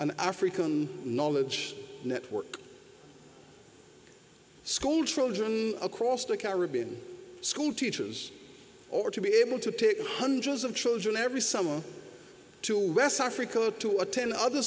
an african knowledge network schoolchildren across the caribbean schoolteachers or to be able to take hundreds of children every summer to west africa to attend other